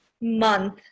month